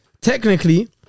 technically